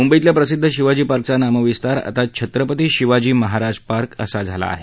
मुंबईतल्या प्रसिद्ध शिवाजी पार्कचा नामविस्तार आता छत्रपती शिवाजी महाराज पार्क असा झाला आहे